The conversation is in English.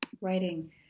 Writing